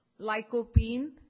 lycopene